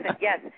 yes